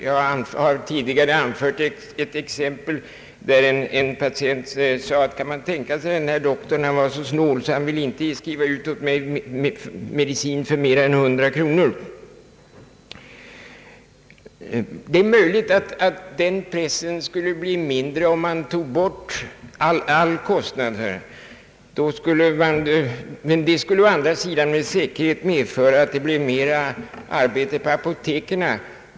Jag har tidigare anfört exempel på en patient som sagt: »Kan man tänka sig att doktorn var så snål att han inte ville skriva ut medicin åt mig för mer än 100 kronor.» Det är möjligt att den pressen skulle bli mindre, om alla kostnader slopades. Men detta skulle å andra sidan med säkerhet leda till mer arbete på apoteken.